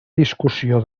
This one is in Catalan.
discussió